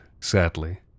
sadly